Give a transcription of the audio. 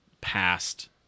past